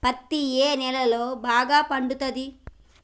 పత్తి ఏ నేలల్లో బాగా పండుతది?